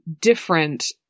different